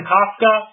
Kafka